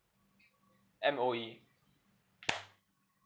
M_O_E